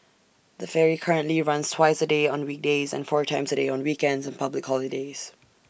the ferry currently runs twice A day on weekdays and four times A day on weekends and public holidays